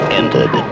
ended